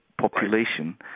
population